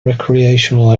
recreational